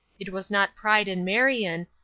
it was not pride in marion,